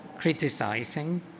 criticizing